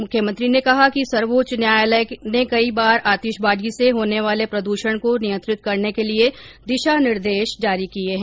मुख्यमंत्री ने कहा कि सर्वोच्च न्यायालय ने कई बार आतिशबाजी से होने वाले प्रदूषण को नियंत्रित करने के लिए दिशा निर्देश जारी किए हैं